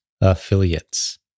Affiliates